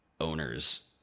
owners